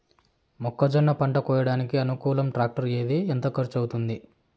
మొక్కజొన్న పంట కోయడానికి అనుకూలం టాక్టర్ ఏది? ఎంత ఖర్చు అవుతుంది?